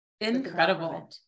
Incredible